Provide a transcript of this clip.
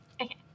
Okay